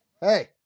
Hey